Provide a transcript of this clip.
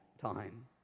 time